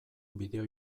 bideo